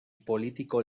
político